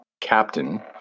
captain